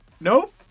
Nope